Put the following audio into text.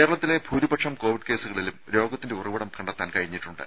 കേരളത്തിലെ ഭൂരിപക്ഷം കോവിഡ് കേസുകളിലും രോഗത്തിന്റെ ഉറവിടം കണ്ടെത്താൻ കഴിഞ്ഞിട്ടുണ്ട്